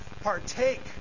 partake